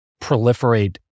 proliferate